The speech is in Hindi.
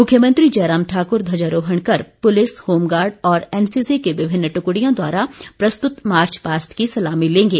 मुख्यमंत्री जयराम ठाकुर ध्वजारोहण कर पुलिस होमगार्ड और एनसीसी की विभिन्न टुकड़ियों द्वारा प्रस्तुत मार्च पास्ट की सलामी लेंगे